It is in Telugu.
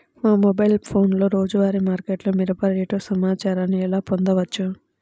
మా మొబైల్ ఫోన్లలో రోజువారీ మార్కెట్లో మిరప రేటు సమాచారాన్ని ఎలా పొందవచ్చు?